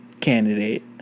candidate